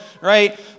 right